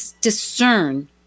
discern